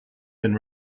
been